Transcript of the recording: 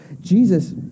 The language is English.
Jesus